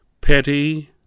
petty